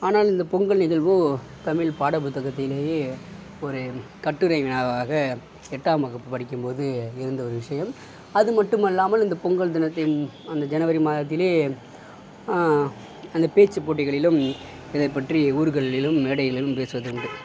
ஆனால் இந்த பொங்கல் நிகழ்வோ தமிழ் பாட புத்தகத்திலயே ஒரு கட்டுரை வினாவாக எட்டாம் வகுப்பு படிக்கும்போது இருந்த ஒரு விஷயம் அது மட்டுமல்லாமல் இந்த பொங்கல் தினத்தை அந்த ஜனவரி மாதத்திலே அந்த பேச்சு போட்டிகளிலும் இதை பற்றி ஊர்களிலும் மேடையிலும் பேசுவது உண்டு